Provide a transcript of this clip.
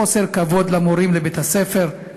חוסר כבוד למורים בבית-הספר,